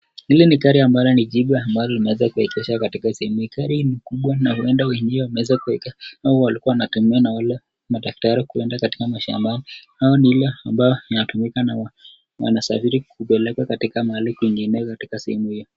Hili ni gari ambalo ni jipya ambalo limeweza kuengeshwa katika sehemu hii. Gari hii ni kubwa na uenda wenyewe wameweza kueka au walikuwa wanatembea nalo madakitari kuenda mashambani, au ni ile ambao inatumika na wana safiri kupeleka katika mahali kwingine katika sehemu hiyo.